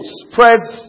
spreads